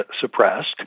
suppressed